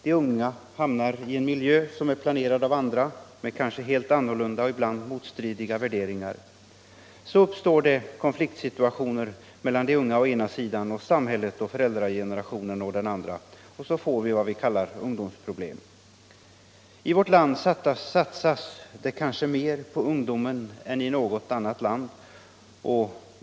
De hamnar i en miljö som är planerad av andra människor med kanske helt annorlunda och ibland motstridiga värderingar. Så uppstår det konfliktsituationer mellan de unga å ena sidan och samhället och föräldragenerationen å den andra, och så får vi vad vi kallar ungdomsproblem. I vårt land satsas det kanske mer på ungdomen än i något annat land.